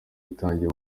ritangiye